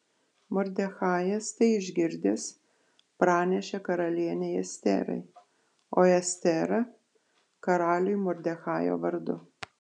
mordechajas tai išgirdęs pranešė karalienei esterai o estera karaliui mordechajo vardu